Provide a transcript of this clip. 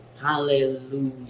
Hallelujah